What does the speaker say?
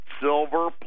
silver